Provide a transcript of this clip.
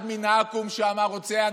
אחד מן העכו"ם שאמר: רוצה אני,